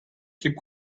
hip